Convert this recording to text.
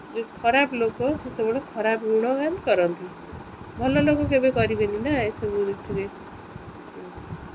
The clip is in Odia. ଏଇ ରଜ ପର୍ବ ନା ସବୁ ତାସ୍ ଫାସ୍ ଧର ବୟସ୍କ ଲୋକ ବସିଲେ ତାସ୍ ପାଲି ଫାଲି ଖେଳିଲେ କି